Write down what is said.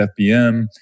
FBM